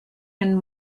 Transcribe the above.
and